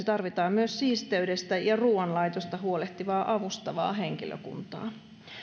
tarvitaan myös siisteydestä ja ruuanlaitosta huolehtivaa avustavaa henkilökuntaa